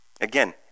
Again